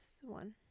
one